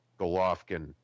Golovkin